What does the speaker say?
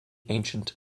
ancient